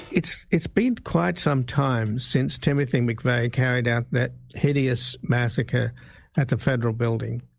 it's it's been quite some time since timothy mcveigh carried out that hideous massacre that the federal building.